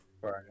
Right